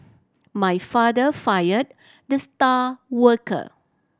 my father fired the star worker